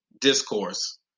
discourse